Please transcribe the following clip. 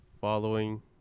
following